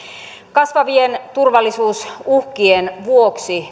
kasvavien turvallisuusuhkien vuoksi